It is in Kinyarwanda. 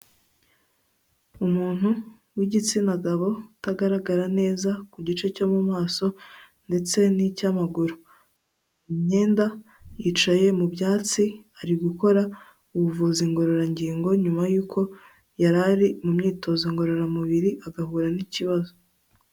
Umuntu w'igitsina gabo utagaragara neza ku gice cyo mu maso ndetse n'icy'amaguru, imyenda yicaye mu byatsi ari gukora ubuvuzi ngororangingo nyuma yuko yarari mu myitozo ngororamubiri agahura n'ikibazo.